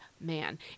man